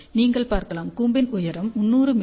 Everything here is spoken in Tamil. நீங்கள் பார்க்கலாம் கூம்பின் உயரம் 300 மி